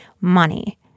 money